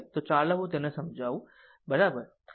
તો ચાલો હું તેને સમજાવું બરાબર